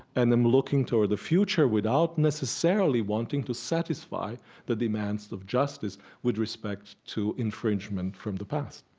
and i'm looking toward the future without necessarily wanting to satisfy the demands of justice with respect to infringement from the past